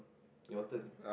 your turn